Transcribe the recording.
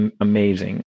amazing